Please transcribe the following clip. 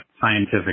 scientific